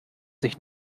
sich